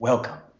Welcome